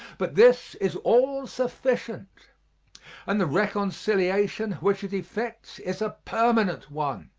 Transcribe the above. but this is all-sufficient and the reconciliation which it effects is a permanent one.